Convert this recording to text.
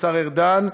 השר ארדן,